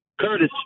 Curtis